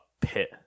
pit